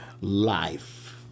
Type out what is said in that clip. life